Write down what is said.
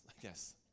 Yes